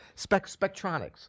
Spectronics